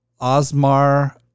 Osmar